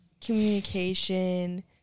communication